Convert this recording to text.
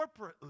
Corporately